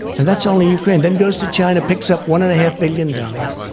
and that's only four. and then goes to china, picks up one and a half billion dollars.